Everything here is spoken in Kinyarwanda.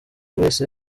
wese